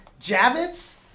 Javits